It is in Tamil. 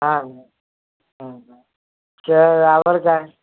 பாருங்கள் ம் ம் சரி அப்புறம் கா